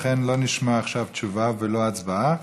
לכן, לא נשמע עכשיו תשובה ולא תהיה הצבעה.